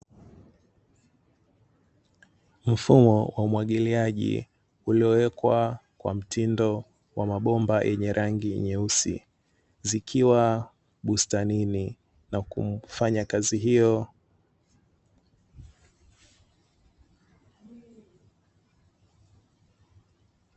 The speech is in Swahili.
Mfumo wa umwagiliaji, uliowekwa kwa mtindo wa mabomba yenye rangi nyeusi, zikiwa bustanini na kufanya kazi hiyo.